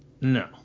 no